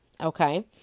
Okay